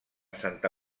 santa